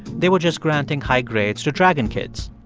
they were just granting high grades to dragon kids.